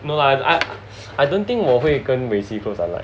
no I I I don't think 我会跟 Wei Qi close uh like